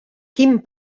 quin